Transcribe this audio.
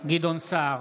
גדעון סער,